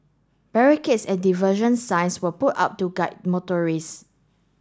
barricades and diversion signs will put up to guide motorists